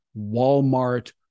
Walmart